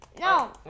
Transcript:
No